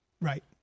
Right